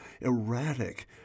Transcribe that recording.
erratic